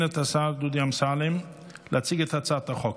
את השר דודי אמסלם להציג את הצעת החוק.